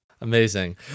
Amazing